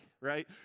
right